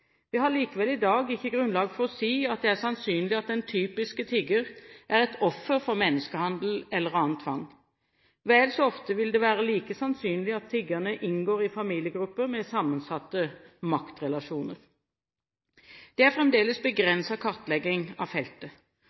Vi har likevel i dag ikke grunnlag for å si at det er sannsynlig at den typiske tigger er et offer for menneskehandel eller annen tvang. Vel så ofte vil det være like sannsynlig at tiggerne inngår i familiegrupper med sammensatte maktrelasjoner. Det er fremdeles begrenset kartlegging av feltet.